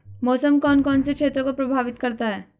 मौसम कौन कौन से क्षेत्रों को प्रभावित करता है?